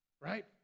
right